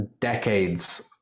decades